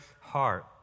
heart